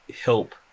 help